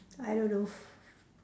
I don't know